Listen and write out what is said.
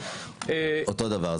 אותו דבר.